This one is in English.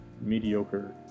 mediocre